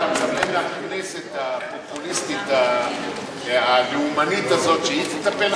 אתה מצפה מהכנסת הפופוליסטית הלאומנית הזאת שהיא תטפל בזה?